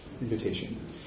Invitation